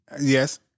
Yes